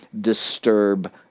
disturb